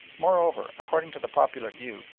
moreover, according to the popular view,